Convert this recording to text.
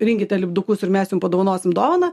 rinkite lipdukus ir mes jum padovanosim dovaną